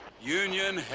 union,